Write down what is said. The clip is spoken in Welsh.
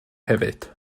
hefyd